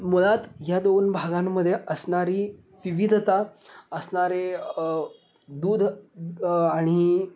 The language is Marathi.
मुळात या दोन भागांमध्ये असणारी विविधता असणारे दूध आणि